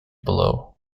below